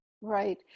Right